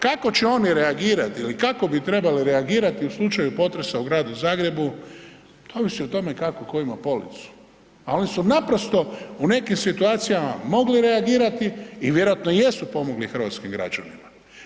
Kako će oni reagirati ili kako bi trebali reagirati u slučaju potresa u Gradu Zagrebu, to ovisi o tome kakvu tko ima policu, a oni su naprosto u nekim situacijama mogli reagirati i vjerojatno jesu pomogli hrvatskim građanima.